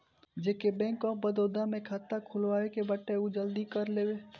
जेके bank of Baroda में खाता खुलवाए के बाटे उ जल्दी कर लेवे